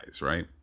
right